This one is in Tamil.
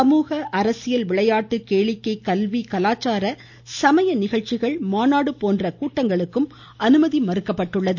சமூக அ அரசியல் விளையாட்டு கேளிக்கை கல்வி கலாச்சார சமய நிகழ்ச்சிகள் மாநாடு போன்ற கூட்டங்களுக்கும் அனுமதி மறுக்கப்பட்டுள்ளது